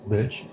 Bitch